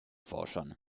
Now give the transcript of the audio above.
forschern